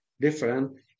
different